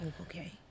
Okay